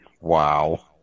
Wow